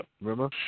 Remember